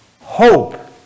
Hope